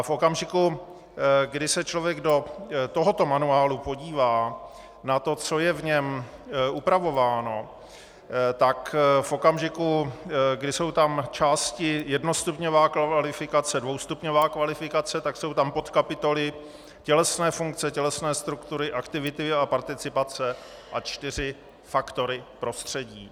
V okamžiku, kdy se člověk do tohoto manuálu podívá na to, co je v něm upravováno, jsou tam části jednostupňová kvalifikace, dvoustupňová kvalifikace, jsou tam podkapitoly tělesné funkce, tělesné struktury, aktivity a participace a čtyři faktory prostředí.